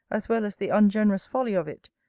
as well as the ungenerous folly of it,